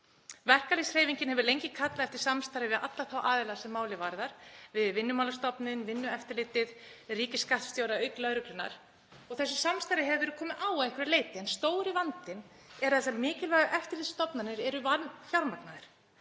Verkalýðshreyfingin hefur lengi kallað eftir samstarfi við alla þá aðila sem málið varðar, við Vinnumálastofnun, Vinnueftirlitið, ríkisskattstjóra auk lögreglunnar, og þessu samstarfi hefur verið komið á að einhverju leyti. En stóri vandinn er að þessar mikilvægu eftirlitsstofnanir eru vanfjármagnaðar.